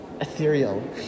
Ethereal